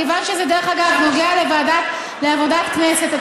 מכיוון שזה נוגע לעבודת הכנסת,